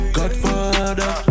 Godfather